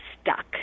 stuck